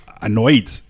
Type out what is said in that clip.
annoyed